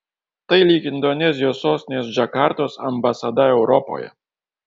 tai lyg indonezijos sostinės džakartos ambasada europoje